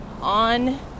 on